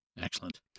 excellent